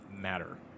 matter